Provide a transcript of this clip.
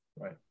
right